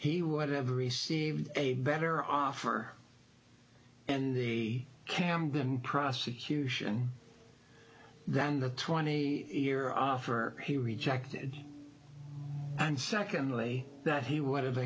have received a better offer and the camden prosecution than the twenty year offer he rejected and secondly that he would have